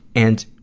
and,